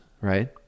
right